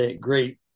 great